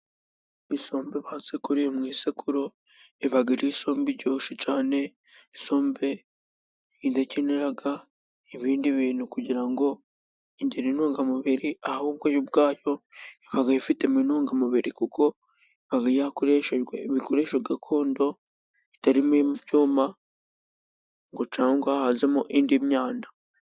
Isombe basekuriye mu isekuru iba ari isombe iryoshye cyane; isombe idakenera ibindi bintu kugira ngo igire intungamubiri, ahubwo yo ubwayo iba yifitemo intungamubiri, kuko iba yakoreshejwe ibikoresho gakondo itarimo ibyuma ngo cyangwa hazemo indi myanda.